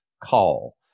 call